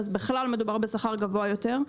אז בכלל מדובר בשכר גבוה יותר.